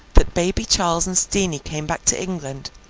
that baby charles and steenie came back to england,